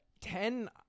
Ten